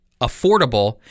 affordable